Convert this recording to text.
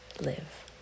live